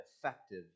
effective